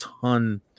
ton